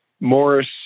Morris